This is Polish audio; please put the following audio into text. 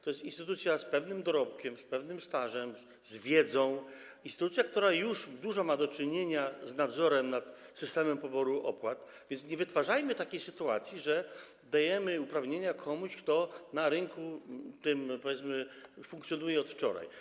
To jest instytucja z pewnym dorobkiem, z pewnym stażem, z wiedzą, instytucja, która już dużo ma do czynienia z nadzorem nad systemem poboru opłat, więc nie wytwarzajmy takiej sytuacji, że dajemy uprawnienia komuś, kto na tym rynku, powiedzmy, funkcjonuje od wczoraj.